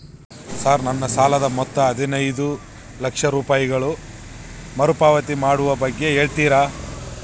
Sir ನನ್ನ ಸಾಲದ ಮೊತ್ತ ಹದಿನೈದು ಲಕ್ಷ ರೂಪಾಯಿಗಳು ಮರುಪಾವತಿ ಮಾಡುವ ಬಗ್ಗೆ ಹೇಳ್ತೇರಾ?